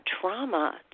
trauma